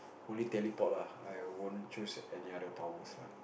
only teleport lah I won't choose any other powers lah